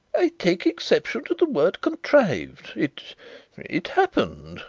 i take exception to the word contrived. it it happened.